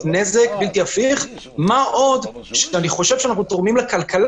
אני מבקש שתתנו לנו את ההזדמנות לצאת ולעבוד.